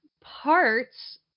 parts